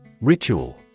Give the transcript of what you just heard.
Ritual